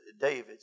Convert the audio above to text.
David